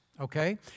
okay